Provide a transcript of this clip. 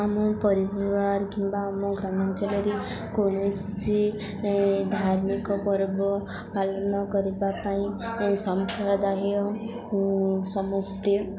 ଆମ ପରିବାର କିମ୍ବା ଆମ ଗ୍ରାମାଞ୍ଚଳରେ କୌଣସି ଧାର୍ମିକ ପର୍ବ ପାଲନ କରିବା ପାଇଁ ସମ୍ପ୍ରଦାୟ ସମସ୍ତେ